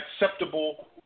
acceptable